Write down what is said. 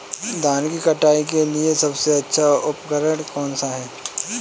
धान की कटाई के लिए सबसे अच्छा उपकरण कौन सा है?